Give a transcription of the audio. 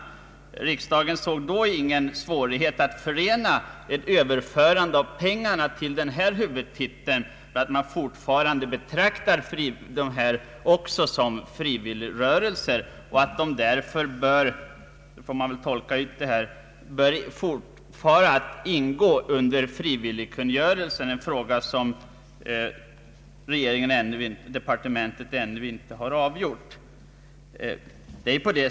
Riksdagen såg då ingen svårighet att förena ett överförande av pengarna från en huvudtitel till en annan med uppfattningen att skytterörelsen fortfarande är en frivilligrörelse. Jag hoppas den får fortsätta att ingå under frivilligkungörelsen — en fråga som departementet ännu inte har avgjort.